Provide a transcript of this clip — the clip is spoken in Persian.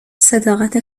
صداقت